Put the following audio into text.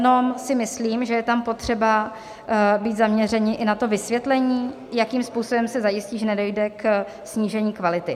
Jenom si myslím, že je tam potřeba být zaměřeni i na to vysvětlení, jakým způsobem se zajistí, že nedojde ke snížení kvality.